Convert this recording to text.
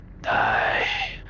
die